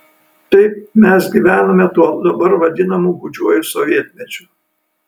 taip mes gyvenome tuo dabar vadinamu gūdžiuoju sovietmečiu